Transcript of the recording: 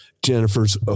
Jennifer's